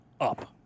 up